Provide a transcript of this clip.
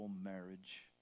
marriage